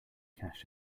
cache